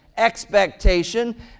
expectation